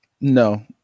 No